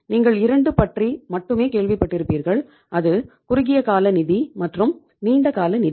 நீங்கள் 2 பற்றி மட்டுமே கேள்விப்பட்டிருப்பீர்கள் அது குறுகிய கால நிதி மற்றும் நீண்ட கால நிதி